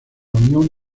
unión